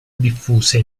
diffuse